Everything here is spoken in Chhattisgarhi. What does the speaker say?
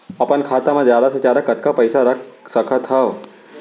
अपन खाता मा जादा से जादा कतका पइसा रख सकत हव?